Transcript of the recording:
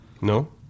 No